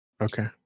Okay